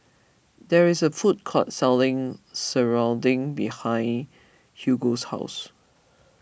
there is a food court selling surrounding behind Hugo's house